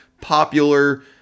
popular